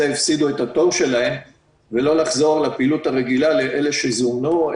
הפסידו את התור שלהם ולא לחזור לפעילות הרגילה לאלה שזומנו,